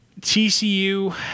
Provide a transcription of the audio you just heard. TCU